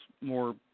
more